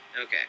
Okay